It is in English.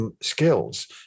skills